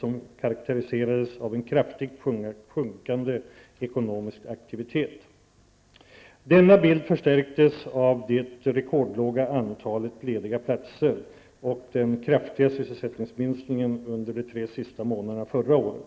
Den karakteriserades av en kraftigt sjunkande ekonomisk aktivitet. Denna bild förstärktes av det rekordlåga antalet lediga platser och den kraftiga sysselsättningsminskningen under de tre sista månaderna förra året.